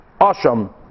asham